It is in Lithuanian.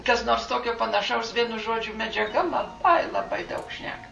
kas nors tokio panašaus vienu žodžiu medžiaga labai labai daug šneka